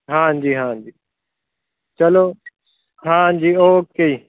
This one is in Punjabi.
ਹਾਂਜੀ ਹਾਂਜੀ ਚਲੋ ਹਾਂਜੀ ਓ ਕੇ